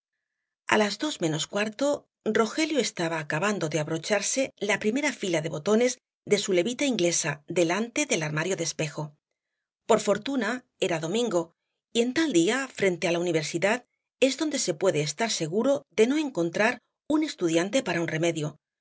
a los dos menos cuarto rogelio estaba acabando de abrocharse la primer fila de botones de su levita inglesa delante del armario de espejo por fortuna era domingo y en tal día frente á la universidad es donde se puede estar seguro de no encontrar un estudiante para un remedio que